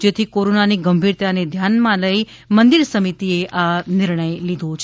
જેથી કોરોનાની ગંભીરતાને ધ્યાને લઇ મંદિર સમિતિએ આ નિર્ણય લીધો છે